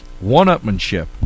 One-upmanship